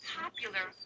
popular